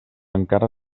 encara